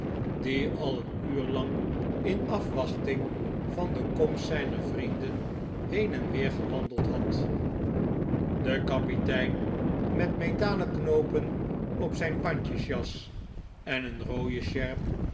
die al een uur lang in afwachting van de komst zijner vrienden heen p a en weer gewandeld had de kapitein met metalen knoopen op zijn pandjesjas en oona dotjotjl een roode sjerp